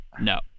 No